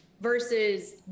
versus